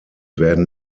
werden